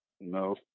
no